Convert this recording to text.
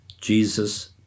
Jesus